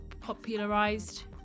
popularized